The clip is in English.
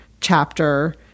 chapter